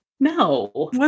No